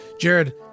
Jared